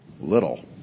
little